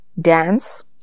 dance